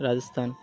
Rajasthan